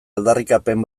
aldarrikapen